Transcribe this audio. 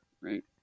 Right